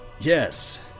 yes